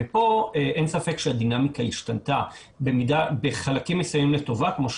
וכאן אין ספק שהדינמיקה השתנתה בחלקים מסוימים לטובה כאשר